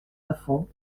lafond